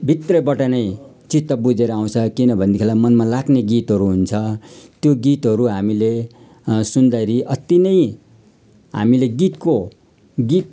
भित्रबाट नै चित्त बुझेर आउँछ किनभनेदेखिलाई मनमा लाग्ने गीतहरू हुन्छ त्यो गीतहरू हामीले सुन्दाखेरि अति नै हामीले गीतको गीत